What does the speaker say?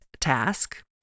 task